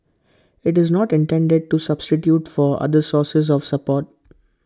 IT is not intended to substitute for other sources of support